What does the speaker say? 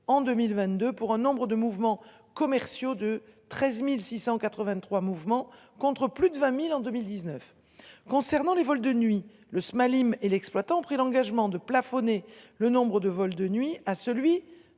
en 2022, pour un nombre de mouvements commerciaux de 13.683, mouvement contre plus de 20.000 en 2019. Concernant les vols de nuit le s'Malim et l'exploitant ont pris l'engagement de plafonner le nombre de vols de nuit à celui